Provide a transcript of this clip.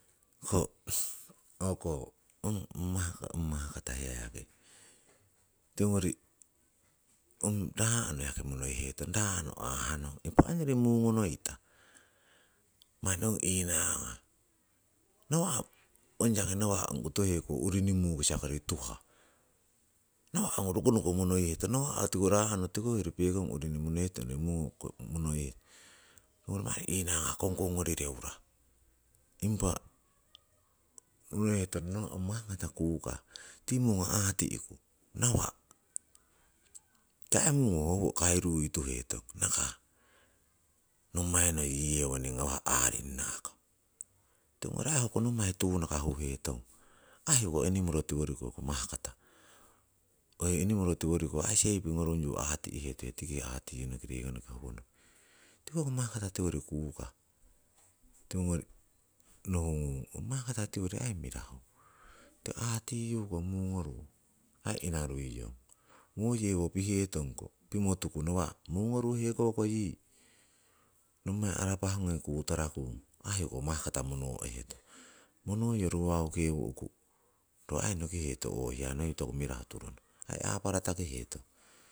Ho o'ko ong mahkata hiya yaki tiwongori ong raa'no yaki monoihetong, raa'no ho nong aah, impah ongyori mungonoita manni ong inangah. Nawa' ongyori ngoto heko urini mukisa koriki tuhah nawa' ogno rokonoko monoihetong. Nawa' ko tiko raa'no pekon urinigorigo monoiheton mungoko monoiheton. Oh manni hinaga konkongori reurah. Impa monoihetong nawa' ong mahkata kukah tii mungo aati'ku, tii mungo ho howo koirui tuheton nakah nommai noi yewoning ngawah noi aringnako. Tiwongori aii hoko nommai tunaka huhetong aii hoiko enimoro tiworigo mahkata hoi enimoro tiwori seiwing ngorungyu aati'hetuiyon tiki aati'tuiyonoki rekonoki howonoki. Tiko hoko mahkata tiwori kukah, tiwogori nohungung ong mahkata tiwori aii mirahu tiko atinyuku mungoru aii inaruiyon, wo yewo pihetongko pimotuku nawa' mungonoru hekoki yii nommai arapah ngungi yii kuturakun, hoi mahkata monoo'hetong, monoiyo ruwaukewu'ku ro aii nokiheton oh owo aii hiya noi toku mirahu turono aii` aparatakieton.